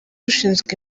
ushinzwe